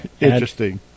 Interesting